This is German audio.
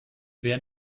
wer